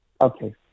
Okay